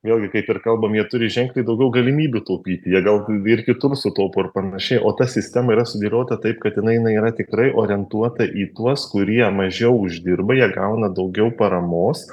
vėlgi kaip ir kalbam jie turi ženkliai daugiau galimybių taupyti jie gal ir kitur sutaupo ir panašiai o ta sistema yra sudėliota taip kad jinai na yra tikrai orientuota į tuos kurie mažiau uždirba jie gauna daugiau paramos